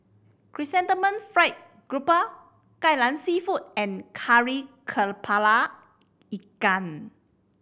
Chrysanthemum Fried Garoupa Kai Lan Seafood and Kari Kepala Ikan